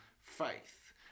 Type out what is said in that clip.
faith